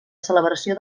celebració